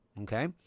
okay